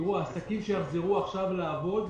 עסקים שיחזרו עכשיו לעבוד,